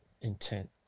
intent